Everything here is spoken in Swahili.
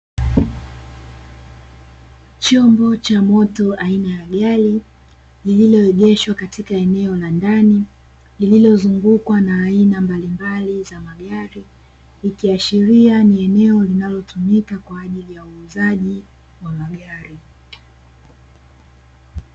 Chombo cha moto aina ya gari lililoejeshwa katika eneo la ndani lililozungukwa na aina mbalimbali za magari, zikiashilia ni eneo linalotumika kwa ajili ya uuuzaji wa magari.